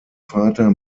vater